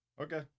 Okay